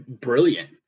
Brilliant